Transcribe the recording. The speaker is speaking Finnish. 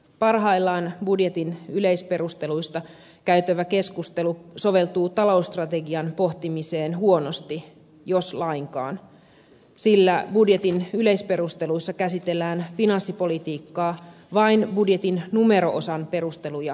parhaillaan budjetin yleisperusteluista käytävä keskustelu soveltuu talousstrategian pohtimiseen huonosti jos lainkaan sillä budjetin yleisperusteluissa käsitellään finanssipolitiikkaa vain budjetin numero osan perusteluja silmällä pitäen